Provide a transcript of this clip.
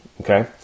okay